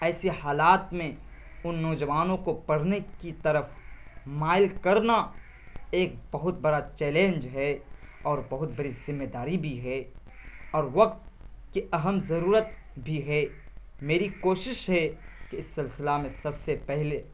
ایسے حالات میں ان نوجوانوں کو پڑھنے کی طرف مائل کرنا ایک بہت بڑا چیلینج ہے اور بہت بڑی ذمہ داری بھی ہے اور وقت کی اہم ضرورت بھی ہے میری کوشش ہے کہ اس سلسلہ میں سب سے پہلے